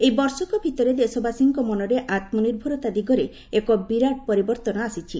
ଏହି ବର୍ଷକ ଭିତରେ ଦେଶବାସୀଙ୍କ ମନରେ ଆତ୍ମନିର୍ଭରତା ଦିଗରେ ଏକ ବିରାଟ ପରିବର୍ଭନ ଆସିଛି